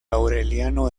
aureliano